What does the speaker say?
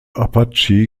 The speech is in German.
apache